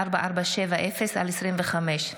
פ/4470/25.